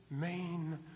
main